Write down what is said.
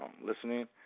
listening